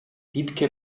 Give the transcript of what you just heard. wiebke